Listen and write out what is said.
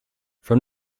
from